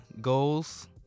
goals